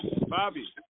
Bobby